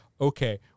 okay